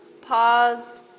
Pause